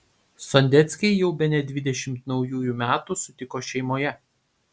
sondeckiai jau bene dvidešimt naujųjų metų sutiko šeimoje